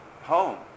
home